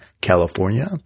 California